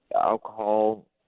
alcohol